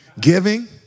giving